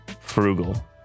Frugal